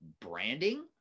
branding